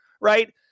right